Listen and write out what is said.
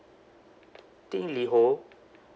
think liho